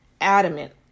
adamant